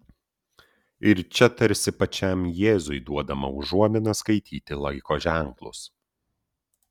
ir čia tarsi pačiam jėzui duodama užuomina skaityti laiko ženklus